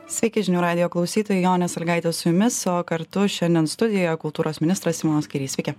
sveiki žinių radijo klausytojai jonė sąlygaitė su jumis o kartu šiandien studijoje kultūros ministras simonas kairys sveiki